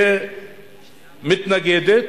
שמתנגדת.